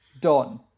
done